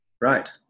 Right